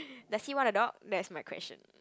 does he want a dog that's my question